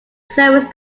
service